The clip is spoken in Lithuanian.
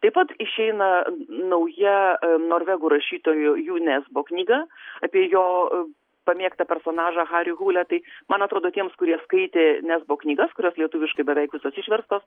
taip pat išeina nauja norvegų rašytojo ju nesbo knyga apie jo pamėgtą personažą harį kūlę tai man atrodo tiems kurie skaitė nesbo knygas kurios lietuviškai beveik visos išverstos